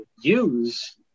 use